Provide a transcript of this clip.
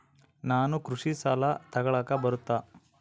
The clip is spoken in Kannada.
ನಾನು ಕೃಷಿ ಸಾಲ ತಗಳಕ ಬರುತ್ತಾ?